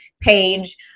page